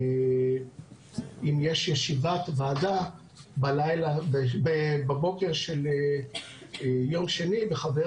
אם יש ישיבת ועדה בבוקר של יום שני וחבר